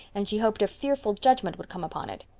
and she hoped a fearful judgment would come upon it.